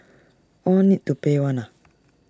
all need to pay one ah